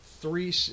three